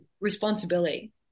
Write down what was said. responsibility